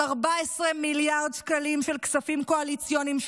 עם 14 מיליארד שקלים של כספים קואליציוניים,